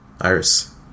Iris